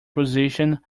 position